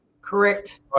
Correct